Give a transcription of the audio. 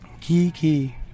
Kiki